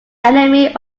enemy